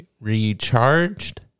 recharged